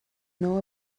know